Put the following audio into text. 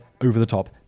over-the-top